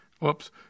Whoops